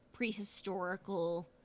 prehistorical